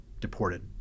deported